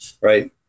Right